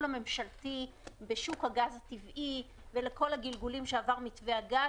הממשלתי בשוק הגז הטבעי ולכל הגלגולים שעבר מתווה הגז.